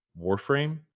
warframe